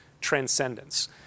transcendence